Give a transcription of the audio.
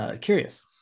curious